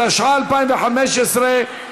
התשע"ה 2015,